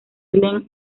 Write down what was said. glen